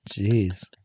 Jeez